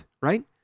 right